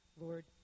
Lord